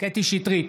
קטרין שטרית,